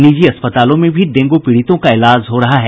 निजी अस्पतालों में भी डेंगू पीड़ितों का इलाज हो रहा है